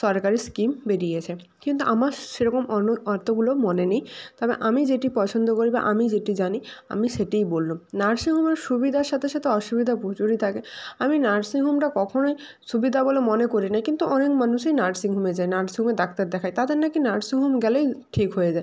সরকারি স্কিম বেরিয়েছে কিন্তু আমার সেরকম অতগুলো মনে নেই তবে আমি যেটি পছন্দ করি বা আমি যেটি জানি আমি সেটিই বললাম নার্সিংহোমের সুবিধার সাথে সাথে অসুবিধা প্রচুরই থাকে আমি নার্সিংহোমটা কখনোই সুবিধা বলে মনে করি নাই কিন্তু অনেক মানুষই নার্সিংহোমে যায় নার্সিংহোমে ডাক্তার দেখায় তাদের নাকি নার্সিংহোম গেলেই ঠিক হয়ে যায়